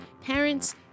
parents